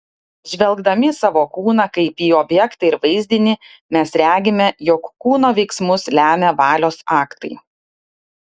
žvelgdami į savo kūną kaip į objektą ir vaizdinį mes regime jog kūno veiksmus lemia valios aktai